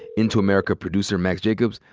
into america producer, max jacobs,